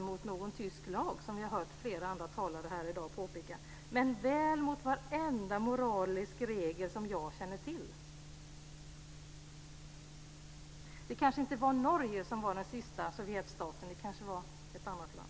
mot någon tysk lag, som vi har hört flera andra talare här i dag påpeka, men väl mot varenda moralisk regel som jag känner till. Det kanske inte var Norge som var den sista Sovjetstaten. Det kanske var ett annat land.